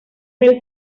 del